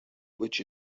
which